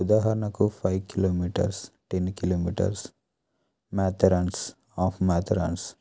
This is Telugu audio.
ఉదాహరణకు five kilometres ten kilometres marathons of marathons